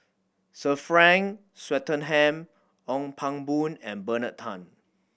Sir Frank Swettenham Ong Pang Boon and Bernard Tan